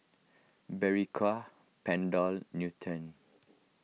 Berocca Panadol Nutren